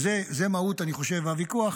וזו מהות הוויכוח,